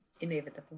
inevitable